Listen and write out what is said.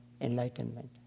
enlightenment